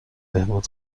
بهبود